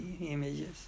images